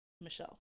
michelle